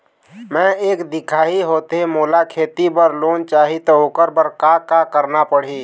मैं एक दिखाही होथे मोला खेती बर लोन चाही त ओकर बर का का करना पड़ही?